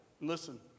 Listen